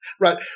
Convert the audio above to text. right